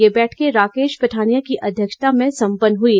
यह बैठकें राकेश पठानिया की अध्यक्षता में संपन्न हुईं